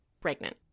pregnant